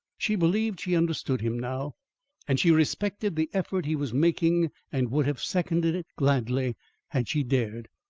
she believed she understood him now and she respected the effort he was making, and would have seconded it gladly had she dared.